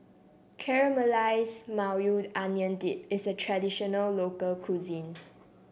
Caramelized Maui Onion Dip is a traditional local cuisine